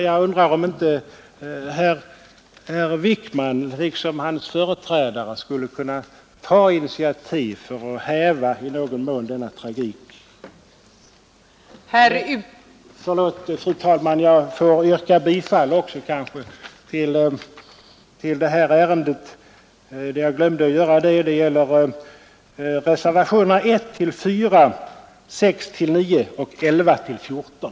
Jag undrar om inte herr Wickman liksom sin företrädare skulle kunna ta initiativ för att i någon mån häva denna tragik. Fru talman! Jag yrkar bifall till reservationerna 1—4, 6—9 och 11—14.